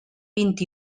vint